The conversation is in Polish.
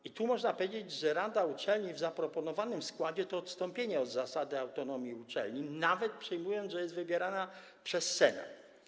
I tu można powiedzieć, że rada uczelni w zaproponowanym składzie to odstąpienie od zasady autonomii uczelni, nawet jeżeli przyjmiemy, że jest wybierana przez senat.